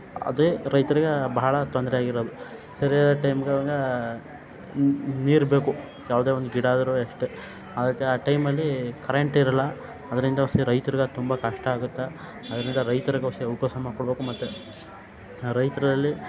ಅದೇ ರೈತರಿಗೆ ಬಹಳ ತೊಂದರೆ ಆಗಿರೋದು ಸರಿಯಾದ ಟೈಮ್ಗೆ ಅವಾಗ ನೀ ನೀರು ಬೇಕು ಯಾವುದೇ ಒಂದು ಗಿಡ ಆದ್ರು ಅಷ್ಟೇ ಅದಕ್ಕೆ ಆ ಟೈಮಲ್ಲಿ ಕರೆಂಟ್ ಇರಲ್ಲ ಅದರಿಂದ ಒಸಿ ರೈತ್ರಿಗೆ ತುಂಬ ಕಷ್ಟ ಆಗುತ್ತೆ ಅದರಿಂದ ರೈತ್ರಗೊಸಿ ಅವಕಾಶ ಮಾಡಿ ಕೊಡಬೇಕು ಮತ್ತು ರೈತರಲ್ಲಿ